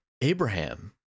Abraham